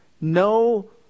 No